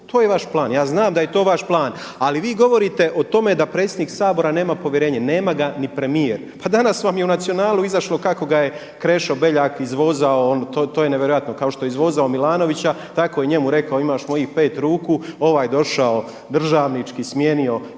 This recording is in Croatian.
To je vaš plan, ja znam da je to vaš plan. Ali vi govorite o tome da predsjednik Sabora nema povjerenje. Nema ga ni premijer. Pa danas vam je u Nacionalu izašlo kako ga je Krešo Beljak izvozao, to je nevjerojatno, kao što je izvozao Milanovića tako je i njemu rekao imaš mojih pet ruku ovaj došao državnički smijenio tri